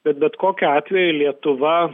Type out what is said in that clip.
bet bet kokiu atveju lietuva